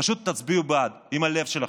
פשוט תצביעו בעד עם הלב שלכם.